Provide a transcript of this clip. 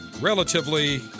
relatively